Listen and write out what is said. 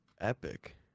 epic